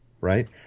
right